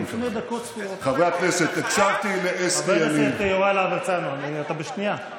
חבר הכנסת יוראי להב הרצנו, קריאה שנייה.